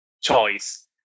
choice